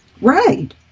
right